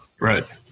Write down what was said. Right